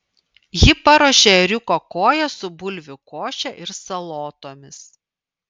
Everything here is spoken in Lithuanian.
ji paruošė ėriuko koją su bulvių koše ir salotomis